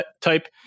type